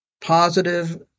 positive